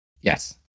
Yes